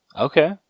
Okay